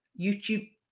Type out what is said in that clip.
YouTube